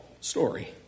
story